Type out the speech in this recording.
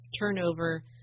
turnover